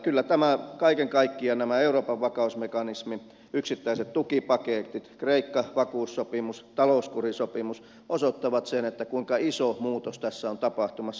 kyllä nämä kaiken kaikkiaan euroopan vakausmekanismi yksittäiset tukipaketit kreikka vakuussopimus talouskurisopimus osoittavat sen kuinka iso muutos tässä on tapahtumassa